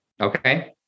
Okay